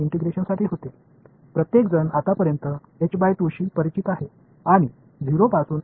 இந்த யோசனையை விரிவுபடுத்தவும் அதை இன்னும் கொஞ்சம் வடிவமைக்கவும் விரும்புகிறோம்